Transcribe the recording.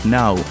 now